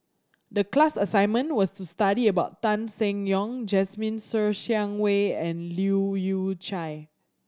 the class assignment was to study about Tan Seng Yong Jasmine Ser Xiang Wei and Leu Yew Chye